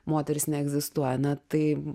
moteris neegzistuoja na tai